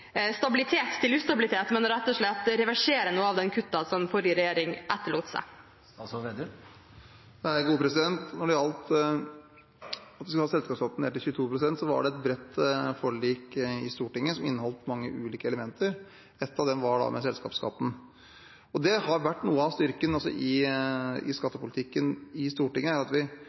stabilitet til ustabilitet, men rett og slett å reversere noen av de kuttene som den forrige regjeringen etterlot seg. Når det gjaldt at man satte selskapsskatten ned til 22 pst., var det en del av et bredt forlik i Stortinget som inneholdt mange ulike elementer. Ett av dem var det med selskapsskatten. Det som har vært noe av styrken også i skattepolitikken i Stortinget, er at